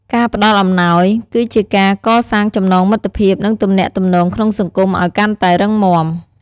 ការផ្តល់អំណោយគឺជាការកសាងចំណងមិត្តភាព និងទំនាក់ទំនងក្នុងសង្គមឱ្យកាន់តែរឹងមាំ។